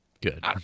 Good